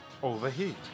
Overheat